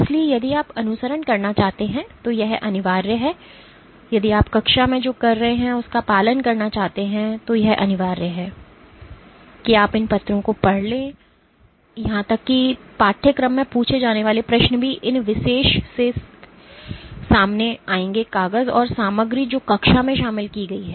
इसलिए यदि आप अनुसरण करना चाहते हैं तो यह अनिवार्य है यदि आप कक्षा में जो कर रहे हैं उसका पालन करना चाहते हैं तो यह अनिवार्य है कि आप इन पत्रों को पढ़ लें यहां तक कि पाठ्यक्रम में पूछे जाने वाले प्रश्न भी इन विशेष से सामने आएंगे कागज और सामग्री जो कक्षा में शामिल की गई है